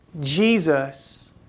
Jesus